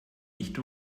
nicht